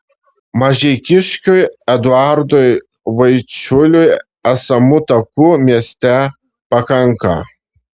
mažeikiškiui eduardui vaičiuliui esamų takų mieste pakanka